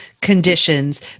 conditions